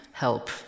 help